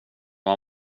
man